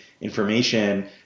information